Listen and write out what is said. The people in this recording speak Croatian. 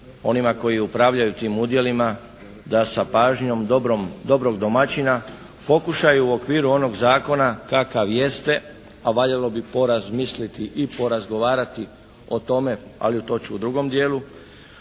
onima koji upravljaju tim udjelima da sa pažnjom dobrog domaćina pokušaju u okviru onog zakona kakav jeste, a valjalo bi porazmisliti i porazgovarati o tome, ali to ću u drugom dijelu.